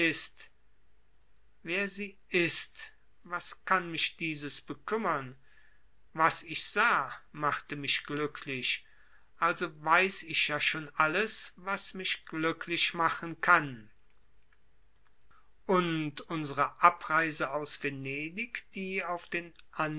wer sie ist was kann mich dieses bekümmern was ich sah machte mich glücklich also weiß ich ja schon alles was mich glücklich machen kann und unsere abreise aus venedig die auf den